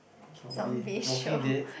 zombie Walking Dead